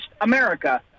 America